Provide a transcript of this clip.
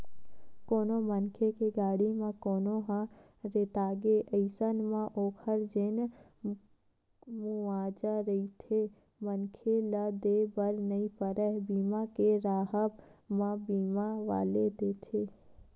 कोनो मनखे के गाड़ी म कोनो ह रेतागे अइसन म ओखर जेन मुवाजा रहिथे मनखे ल देय बर नइ परय बीमा के राहब म बीमा वाले देथे